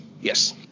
yes